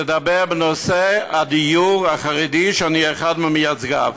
תדבר בנושא הדיור החרדי שאני אחד ממייצגיו.